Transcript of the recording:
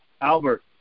Albert